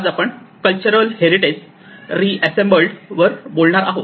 आज आपण cultural heritage reassembled Cultural Heritage Reassembled वर बोलणार आहोत